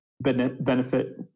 benefit